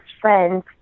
friends